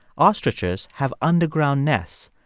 ostriches have underground nests.